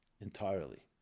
entirely